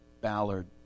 Ballard